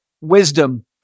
wisdom